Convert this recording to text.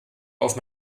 auf